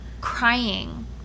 crying